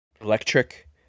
Electric